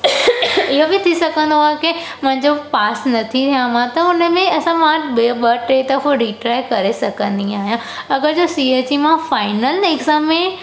इहो बि थी सघंदो आहे की मुंहिंजो पास न थियो आहे मां त हुन में असां मां ॿ ॿ टे दफ़ो रीट्राय करे सघंदी आहियां अगरि जे सी ए जी मां फाइनल एग्ज़ाम में